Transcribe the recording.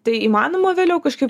tai įmanoma vėliau kažkaip